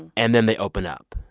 and then they open up.